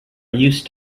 used